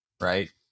right